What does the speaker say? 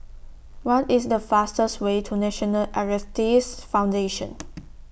What IS The fastest Way to National Arthritis Foundation